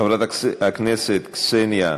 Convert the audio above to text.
חברת הכנסת קסניה סבטלובה,